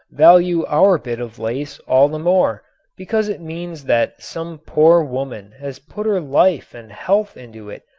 value our bit of lace all the more because it means that some poor woman has put her life and health into it,